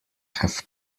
have